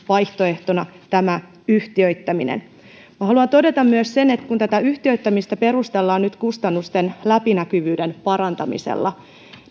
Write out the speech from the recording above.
vaihtoehtona tämä yhtiöittäminen minä haluan todeta myös sen että kun tätä yhtiöittämistä perustellaan nyt kustannusten läpinäkyvyyden parantamisella